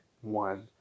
one